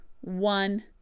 one